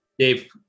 Dave